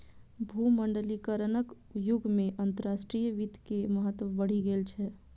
भूमंडलीकरणक युग मे अंतरराष्ट्रीय वित्त के महत्व बढ़ि गेल छै